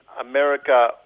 America